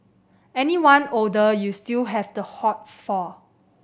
anyone older you still have the hots for